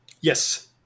Yes